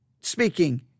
speaking